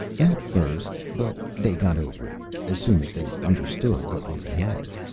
at first. but they got over it as soon as they understood what was ahead.